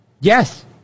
Yes